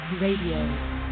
Radio